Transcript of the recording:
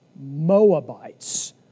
Moabites